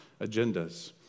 agendas